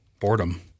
boredom